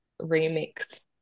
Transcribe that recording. remix